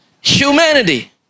humanity